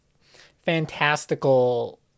fantastical